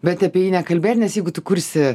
bet apie jį nekalbėt nes jeigu tu kursi